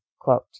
Quote